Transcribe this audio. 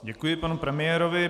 Děkuji panu premiérovi.